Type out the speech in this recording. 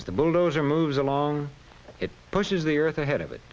the bulldozer moves along it pushes the earth ahead of it